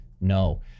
No